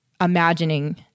imagining